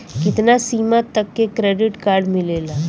कितना सीमा तक के क्रेडिट कार्ड मिलेला?